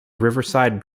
riverside